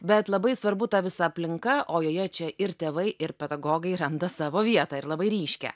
bet labai svarbu ta visa aplinka o joje čia ir tėvai ir pedagogai randa savo vietą ir labai ryškią